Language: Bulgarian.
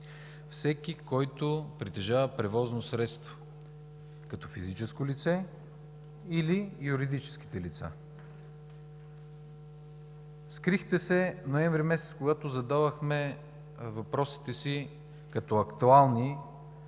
всеки, който притежава превозно средство като физическо лице или юридическите лица. Скрихте се ноември месец, когато задавахме въпросите си като актуални,